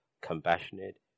compassionate